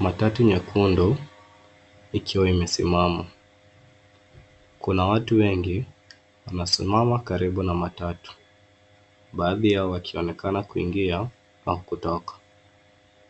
Matatu nyekundu, ikiwa imesimama. Kuna watu wengi wanasimama karibu na matatu, baadhi yao wakionekana kuingia au kutoka.